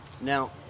Now